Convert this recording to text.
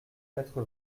quatre